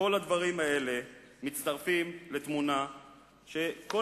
כל הדברים האלה מצטרפים לתמונה שכל